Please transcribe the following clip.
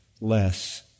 less